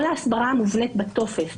כל ההסברה מובנית בטופס.